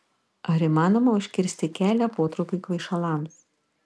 ar įmanoma užkirsti kelią potraukiui kvaišalams